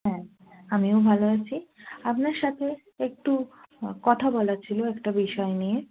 হ্যাঁ আমিও ভালো আছি আপনার সাথে একটু কথা বলার ছিলো একটা বিষয় নিয়ে